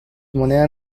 monedas